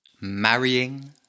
Marrying